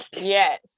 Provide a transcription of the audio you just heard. Yes